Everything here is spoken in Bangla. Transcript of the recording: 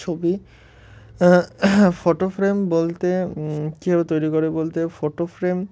ছবি ফটো ফ্রেম বলতে কীভাবে তৈরি করে বলতে ফটো ফ্রেম